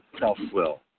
self-will